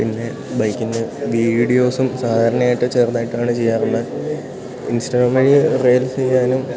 പിന്നെ ബൈക്കിൻ്റെ വീഡിയോസും സാധാരണയായിട്ട് ചേർന്നായിട്ടാണ് ചെയ്യാറുള്ളത് ഇൻസ്റ്റഗ്രാം വഴി റിയൽസ് ചെയ്യാനും